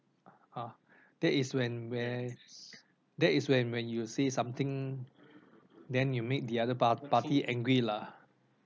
uh that is when where that is when when you say something then you make the other par~ party angry lah